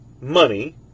money